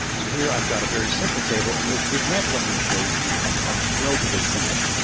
so here, i've got a very simple table. and the the examples i'm going to show you here are relatively simple.